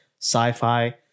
sci-fi